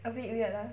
a bit weird lah